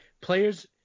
players